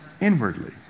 Inwardly